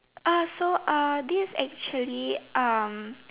so this actually